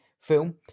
film